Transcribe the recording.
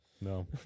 No